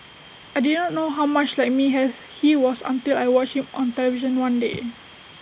I did not know how much like me has he was until I watched him on television one day